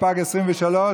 התשפ"ג 2023,